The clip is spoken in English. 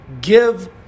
give